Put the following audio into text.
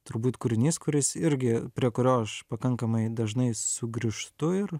turbūt kūrinys kuris irgi prie kurio aš pakankamai dažnai sugrįžtu ir